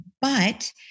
But-